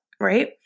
right